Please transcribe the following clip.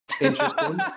Interesting